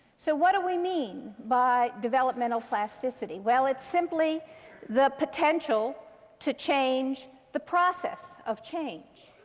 so what do we mean by developmental plasticity? well, it's simply the potential to change the process of change.